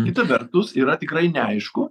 kita vertus yra tikrai neaišku